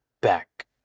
back